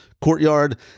Courtyard